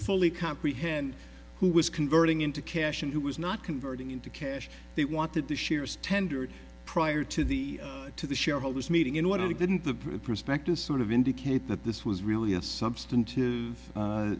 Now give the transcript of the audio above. fully comprehend who was converting into cash and who was not converting into cash they wanted the shares tendered prior to the to the shareholders meeting in what it didn't the prospectus sort of indicate that this was really a substantive